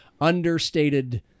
understated